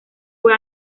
fue